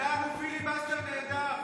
לא, אני רוצה להיות כאן.